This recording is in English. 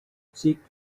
cheek